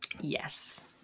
Yes